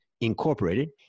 Incorporated